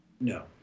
No